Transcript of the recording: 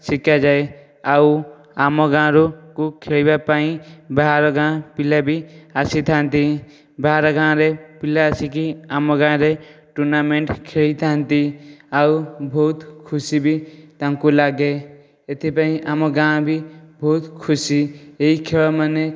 ସିକାଯାଏ ଆଉ ଆମ ଗାଁରୁ କୁ ଖେଳିବାପାଇଁ ବାହାର ଗାଁ ପିଲାବି ଆସିଥାନ୍ତି ବାହାର ଗାଁରେ ପିଲା ଆସିକି ଆମ ଗାଁରେ ଟୁର୍ଣ୍ଣାମେଣ୍ଟ ଖେଳିଥାନ୍ତି ଆଉ ବହୁତ୍ ଖୁସିବି ତାଙ୍କୁ ଲାଗେ ଏଥିପାଇଁ ଆମ ଗାଁ ବି ବହୁତ୍ ଖୁସି ଏହି ଖେଳ ମାନେ